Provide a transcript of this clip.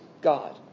God